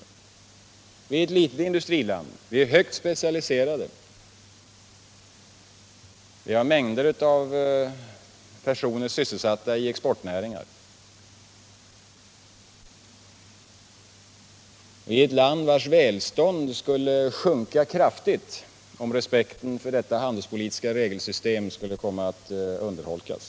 Sverige är ett litet industriland. Vi är högt specialiserade. Vi har ett stort antal personer sysselsatta i exportnäringar. Vårt välstånd skulle sjunka kraftigt om respekten för detta handelspolitiska regelsystem skulle komma att urholkas.